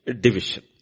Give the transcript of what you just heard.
division